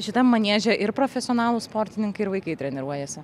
šitam manieže ir profesionalūs sportininkai ir vaikai treniruojasi